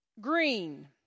Green